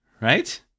right